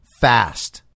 fast